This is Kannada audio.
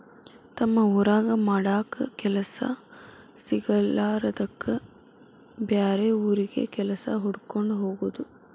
ತಮ್ಮ ಊರಾಗ ಮಾಡಾಕ ಕೆಲಸಾ ಸಿಗಲಾರದ್ದಕ್ಕ ಬ್ಯಾರೆ ಊರಿಗೆ ಕೆಲಸಾ ಹುಡಕ್ಕೊಂಡ ಹೊಗುದು